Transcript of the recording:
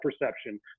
perception